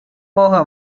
போக